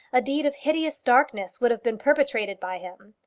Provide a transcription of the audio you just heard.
a deed of hideous darkness would have been perpetrated by him.